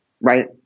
Right